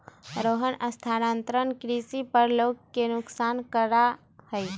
रोहन स्थानांतरण कृषि पर लोग के नुकसान करा हई